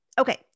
Okay